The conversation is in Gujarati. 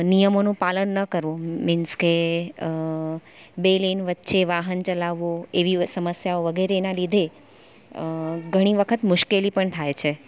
નિયમોનું પાલન ન કરવું મિન્સ કે બે લેન વચે વાહન ચલાવવું એવી સમસ્યાઓ વગેરેના લીધે ઘણી વખત મુશ્કેલી પણ થાય છે